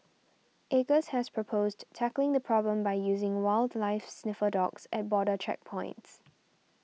acres has proposed tackling the problem by using wildlife sniffer dogs at border checkpoints